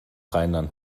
rheinland